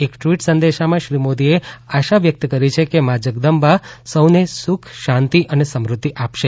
એક ટવીટ સંદેશામાં શ્રી મોદીએ આશા વ્યકત કરી છેકે મા જગદંબા સૌને સુખ શાંતિ અને સમૃઘ્યિ આપશે